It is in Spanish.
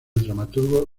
dramaturgo